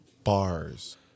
Bars